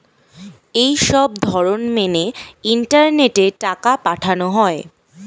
এই সবধরণ মেনে ইন্টারনেটে টাকা পাঠানো হয়